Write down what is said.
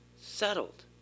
Settled